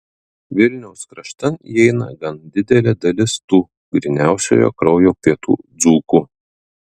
vilniaus kraštan įeina gan didelė dalis tų gryniausiojo kraujo pietų dzūkų